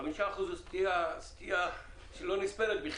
5% זו סטייה שלא נספרת בכלל.